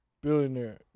Billionaire